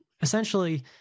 essentially